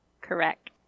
Correct